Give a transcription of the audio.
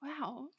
Wow